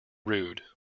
rude